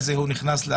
נכנס,